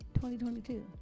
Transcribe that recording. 2022